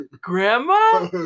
Grandma